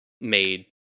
made